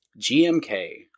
GMK